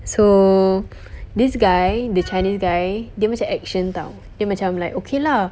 so this guy the chinese guy dia macam action [tau] dia macam like okay lah